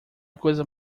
coisa